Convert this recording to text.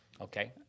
Okay